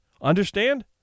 Understand